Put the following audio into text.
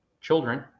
children